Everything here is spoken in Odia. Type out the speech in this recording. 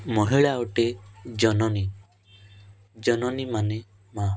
ମହିଳା ଅଟେ ଜନନୀ ଜନନୀ ମାନେ ମାଁ